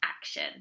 action